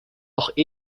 auch